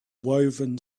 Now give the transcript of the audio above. woven